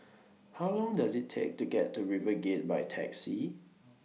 How Long Does IT Take to get to RiverGate By Taxi